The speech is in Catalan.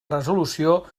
resolució